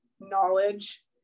knowledge